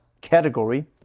category